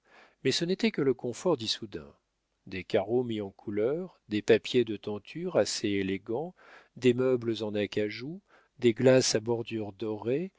mais ce n'était que le comfort d'issoudun des carreaux mis en couleur des papiers de tenture assez élégants des meubles en acajou des glaces à bordure dorée